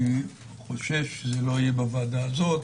אני חושב שזה לא יהיה בוועדה הזאת